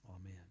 Amen